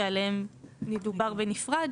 שעליהם ידובר בנפרד.